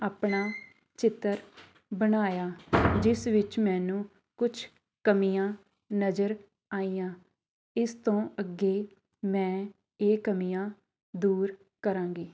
ਆਪਣਾ ਚਿੱਤਰ ਬਣਾਇਆ ਜਿਸ ਵਿੱਚ ਮੈਨੂੰ ਕੁਛ ਕਮੀਆਂ ਨਜ਼ਰ ਆਈਆਂ ਇਸ ਤੋਂ ਅੱਗੇ ਮੈਂ ਇਹ ਕਮੀਆਂ ਦੂਰ ਕਰਾਂਗੀ